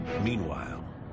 Meanwhile